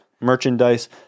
merchandise